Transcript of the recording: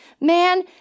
man